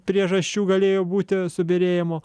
priežasčių galėjo būti subyrėjimo